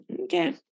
Okay